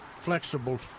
flexible